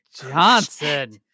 Johnson